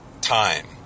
time